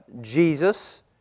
Jesus